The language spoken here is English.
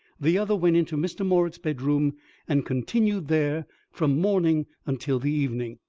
the other went into mr. morritt's bedroom and continued there from morning until the evening.